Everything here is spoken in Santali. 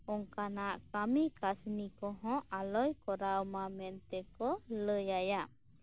ᱚᱱᱠᱟᱱᱟᱜ ᱠᱟᱹᱢᱤ ᱠᱟᱹᱥᱱᱤ ᱠᱚᱦᱚᱸ ᱟᱞᱚᱭ ᱠᱚᱨᱟᱣ ᱢᱟ ᱢᱮᱱᱛᱮᱠᱚ ᱞᱟᱹᱭᱟᱭᱟ